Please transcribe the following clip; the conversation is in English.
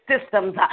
systems